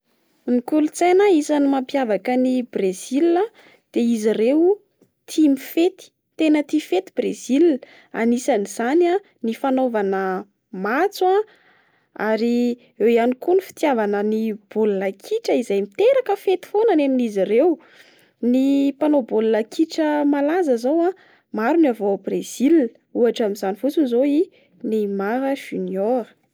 Ny kolontsaina isan'ny mampiavaka an'i Brésil de izy ireo tia mifety. Tena tia fety Brésil anisan'izany ny fanaovana matso. Ary eo ihany koa ny fitiavana ny baolina kitra izay miteraka fety foana any amin'izy ireo. Ny mpanao baolina kitra malaza zao a, maro no avy ao Brésil, ohatra amin'izany fotsiny zao a i Neymar Junior.